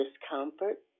discomfort